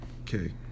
okay